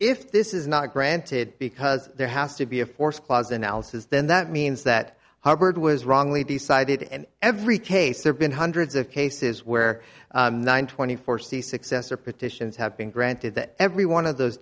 if this is not granted because there has to be a forced clause analysis then that means that hubbard was wrongly decided and every case there been hundreds of cases where nine twenty four c successor petitions have been granted that every one of those